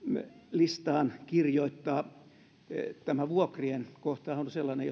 listaan kirjoittaa tämä vuokrien kohtahan on sellainen